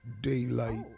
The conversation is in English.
daylight